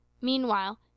Meanwhile